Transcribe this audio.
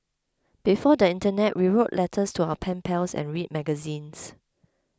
before the internet we wrote letters to our pen pals and read magazines